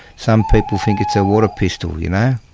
some people think it's a water pistol, you know,